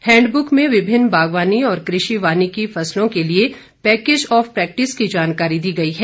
handbook में विभिन्न बागवानी और कृषि वानिकी फसलों के लिए पैकेज ऑफ प्रैक्टिस की जानकारी दी गई है